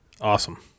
Awesome